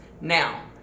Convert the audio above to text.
Now